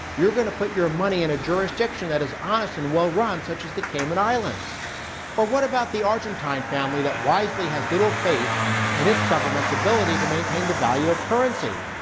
you're going to put your money in a jurisdiction that is honest and well run, such as the cayman islands or what about the argentine family that wisely has little faith in its government's ability to maintain the value of currency?